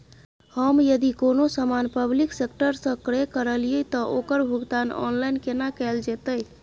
हम यदि कोनो सामान पब्लिक सेक्टर सं क्रय करलिए त ओकर भुगतान ऑनलाइन केना कैल जेतै?